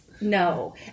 No